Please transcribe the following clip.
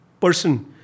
person